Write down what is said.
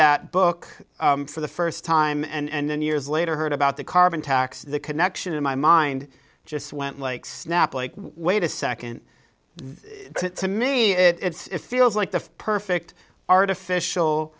that book for the first time and then years later heard about the carbon tax the connection in my mind just went like snap like wait a second to me it's feels like the perfect artificial